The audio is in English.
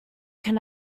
can